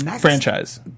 franchise